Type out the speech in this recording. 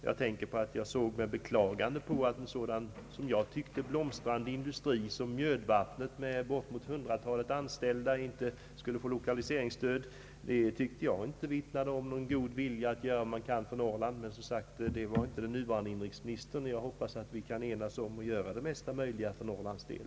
Jag såg med beklagande på att en sådan blomstrande industri som Mjödvattnet med bortemot hundratalet anställda inte skulle få lokaliseringsstöd. Det tycker jag inte vittnar om någon god vilja att göra något för Norrland, men det gällde inte den nuvarande inrikesministern. Jag hoppas att vi nu kan enas om att göra det mesta möjliga för Norrlands del.